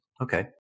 Okay